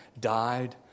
died